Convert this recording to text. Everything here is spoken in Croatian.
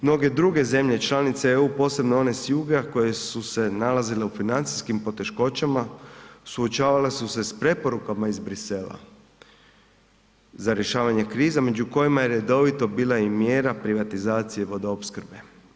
Mnoge druge zemlje članice EU posebno one s juga koje su se nalazile u financijskim poteškoćama suočavale su se s preporukama iz Bruxellesa za rješavanje krize među kojim je redovito bila i mjera privatizacije vodoopskrbe.